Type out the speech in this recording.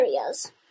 areas